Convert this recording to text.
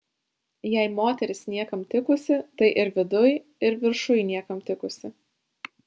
jei moteris niekam tikusi tai ir viduj ir viršuj niekam tikusi